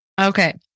Okay